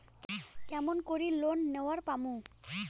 কেমন করি লোন নেওয়ার পামু?